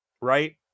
Right